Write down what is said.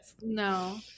no